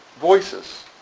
Voices